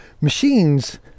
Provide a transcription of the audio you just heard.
machines